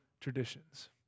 traditions